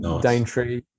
Daintree